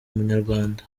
munyarwanda